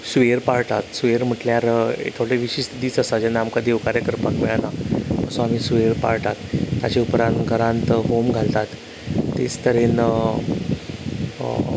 सुयेर पाळटात सुयेर म्हटल्यार थोडे विशिश्ट दीस आसा जेन्ना आमकां देवकार्य करपाक मेळना असो आमी सुयेर पाळटात ताचे उपरांत घरांत होम घालतात तेंच तरेन